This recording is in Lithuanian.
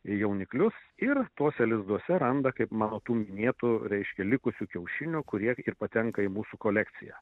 jauniklius ir tuose lizduose randa kaip mano tų minėtų reiškia likusių kiaušinių kurie ir patenka į mūsų kolekciją